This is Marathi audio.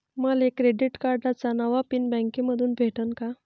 मले क्रेडिट कार्डाचा नवा पिन बँकेमंधून भेटन का?